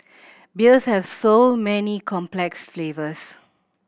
beers have so many complex flavours